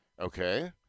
Okay